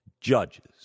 judges